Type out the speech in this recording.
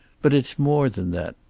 but it's more than that.